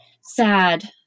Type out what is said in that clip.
sad